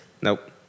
Nope